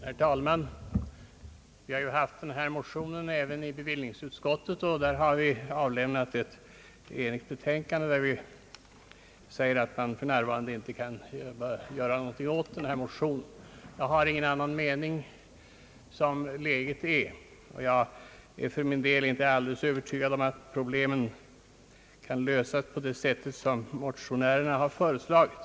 Herr talman! Vi har behandlat denna motion även i bevillningsutskottet och avlämnat ett betänkande som går ut på att det för närvarande inte är möjligt att göra någonting åt motionsförslaget. Som läget är nu har inte heller jag någon annan mening, Inte heller är jag alldeles övertygad om att problemen kan lösas på det sätt som motionärerna har föreslagit.